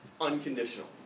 unconditional